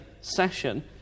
session